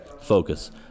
Focus